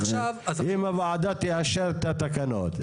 אם הוועדה תאשר את התקנות,